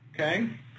okay